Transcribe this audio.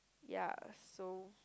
ya so